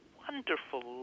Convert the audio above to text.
wonderful